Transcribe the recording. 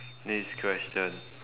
next question